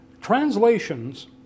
Translations